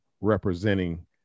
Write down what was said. representing